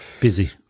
Busy